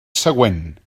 següent